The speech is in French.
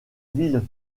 ville